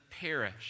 perish